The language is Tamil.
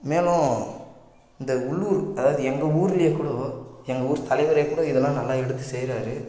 மேலும் இந்த உள்ளூர் அதாவது எங்கள் ஊருலையே கூட எங்கள் ஊர் தலைவரே கூட இதெல்லாம் நல்லா எடுத்து செய்கிறாரு